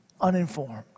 uninformed